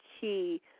key